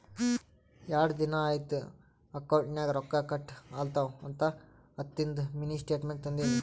ಯಾಡ್ ದಿನಾ ಐಯ್ತ್ ಅಕೌಂಟ್ ನಾಗ್ ರೊಕ್ಕಾ ಕಟ್ ಆಲತವ್ ಅಂತ ಹತ್ತದಿಂದು ಮಿನಿ ಸ್ಟೇಟ್ಮೆಂಟ್ ತಂದಿನಿ